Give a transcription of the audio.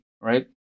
right